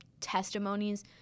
testimonies